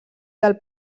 del